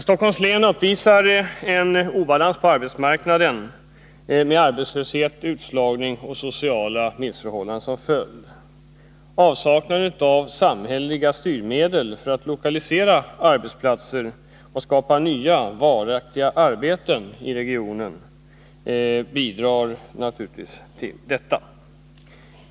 Stockholms län uppvisar en obalans på arbetsmarknaden med arbetslöshet, utslagning och sociala missförhållanden som följd. Avsaknaden av samhälleliga styrmedel för att lokalisera arbetsplatser och skapa nya varaktiga arbeten i regionen bidrar naturligtvis till detta.